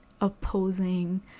opposing